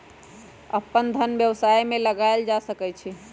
अप्पन धन व्यवसाय में लगायल जा सकइ छइ